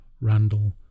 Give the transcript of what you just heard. Randall